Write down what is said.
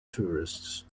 tourists